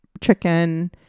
chicken